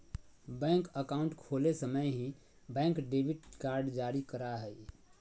bank account खोले समय ही, बैंक डेबिट कार्ड जारी करा हइ